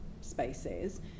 spaces